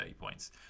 points